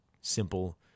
simple